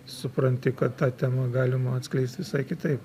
supranti kad tą temą galima atskleist visai kitaip